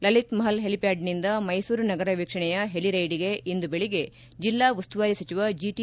ಲಲಿತ್ ಮಹಲ್ ಹೆಲಿಪ್ಟಾಡ್ನಿಂದ ಮೈಸೂರು ನಗರ ವೀಕ್ಷಣೆಯ ಹೆಲಿರೈಡ್ಗೆ ಇಂದು ಬೆಳಿಗ್ಗೆ ಜಿಲ್ಲಾ ಉಸ್ತುವಾರಿ ಸಚಿವ ಜಿಟಿ